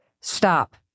stop